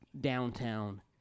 downtown